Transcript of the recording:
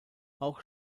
auch